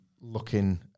looking